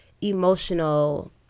emotional